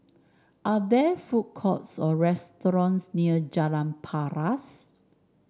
are there food courts or restaurants near Jalan Paras